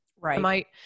Right